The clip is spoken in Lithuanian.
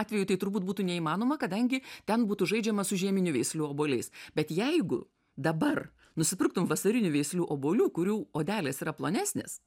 atveju tai turbūt būtų neįmanoma kadangi ten būtų žaidžiama su žieminių veislių obuoliais bet jeigu dabar nusipirktum vasarinių veislių obuolių kurių odelės yra plonesnės